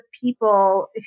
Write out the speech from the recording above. people